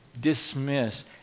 dismiss